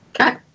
Okay